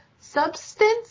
substance